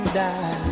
die